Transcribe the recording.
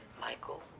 Michael